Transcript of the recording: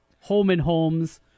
home-and-homes